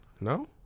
No